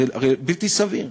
זה הרי בלתי סביר.